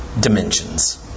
Dimensions